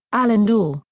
allyn dorr,